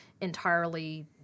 entirely